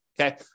okay